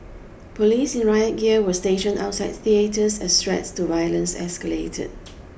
police in riot gear were stationed outside theatres as threats to violence escalated